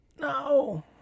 No